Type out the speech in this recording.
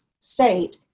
state